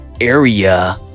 area